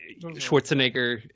Schwarzenegger